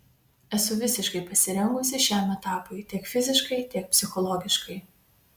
esu visiškai pasirengusi šiam etapui tiek fiziškai tiek psichologiškai